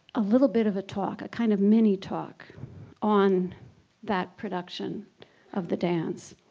ah little bit of a talk a kind of mini talk on that production of the dance,